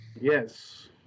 Yes